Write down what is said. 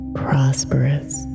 prosperous